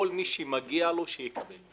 כל מי שמגיע לו שיקבל.